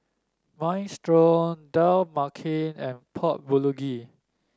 Minestrone Dal Makhani and Pork Bulgogi